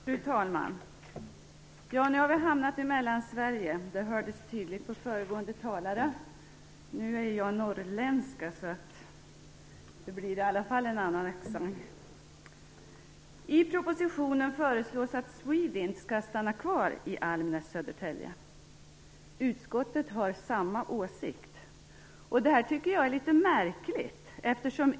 Fru talman! Nu har vi hamnat i Mellansverige. Det hördes tydligt på föregående talare. Jag är norrländska. Därmed blir det i varje fall en annan accent. I propositionen föreslås att SWEDINT skall få stanna kvar i Almnäs utanför Södertälje. Utskottet har samma åsikt. Jag tycker att det är litet märkligt.